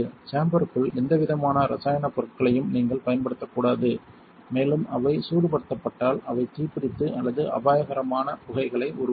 சேம்பர்க்குள் எந்த விதமான இரசாயனப் பொருட்களையும் நீங்கள் பயன்படுத்தக்கூடாது மேலும் அவை சூடுபடுத்தப்பட்டால் அவை தீப்பிடித்து அல்லது அபாயகரமான புகைகளை உருவாக்கும்